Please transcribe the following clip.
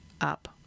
up